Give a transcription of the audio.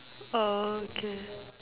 okay